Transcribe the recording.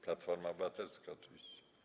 Platforma Obywatelska oczywiście.